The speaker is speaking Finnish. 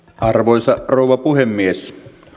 arvoisa rouva puhemies